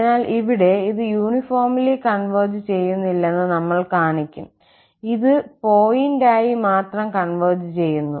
അതിനാൽ ഇവിടെ ഇത് യൂണിഫോംലി കോൺവെർജ് ചെയ്യുന്നില്ലെന്നു നമ്മൾ കാണിക്കും ഇത് പോയിന്റായി മാത്രം കോൺവെർജ് ചെയ്യുന്നു